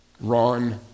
Ron